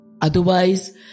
Otherwise